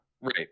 Right